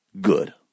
good